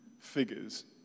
figures